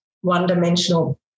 one-dimensional